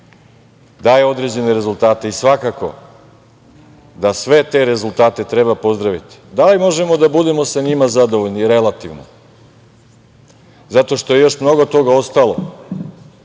daje određene rezultate. I svakako da sve te rezultate treba pozdraviti. Da li možemo da budemo sa njima zadovoljni? Relativno, zato što je još mnogo toga ostalo